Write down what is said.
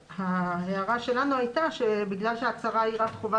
ההערה שלנו הייתה שבגלל שההצהרה היא רק חובה